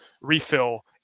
refill